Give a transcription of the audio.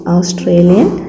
Australian